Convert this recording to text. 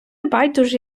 байдуже